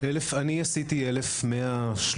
אני עשיתי 1,130,